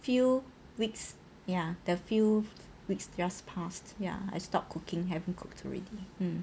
few weeks ya the few weeks just past ya I stopped cooking haven't cooked already